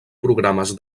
programes